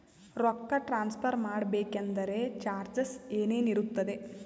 ರೊಕ್ಕ ಟ್ರಾನ್ಸ್ಫರ್ ಮಾಡಬೇಕೆಂದರೆ ಚಾರ್ಜಸ್ ಏನೇನಿರುತ್ತದೆ?